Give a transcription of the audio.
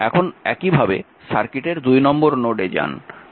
এখন একইভাবে সার্কিটের 2 নম্বর নোডে যান